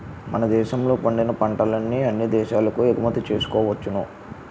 మన దేశంలో పండిన పంటల్ని అన్ని దేశాలకు ఎగుమతి చేసుకోవచ్చును